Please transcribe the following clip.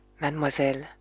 Mademoiselle